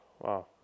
wow